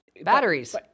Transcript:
Batteries